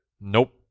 Nope